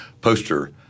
poster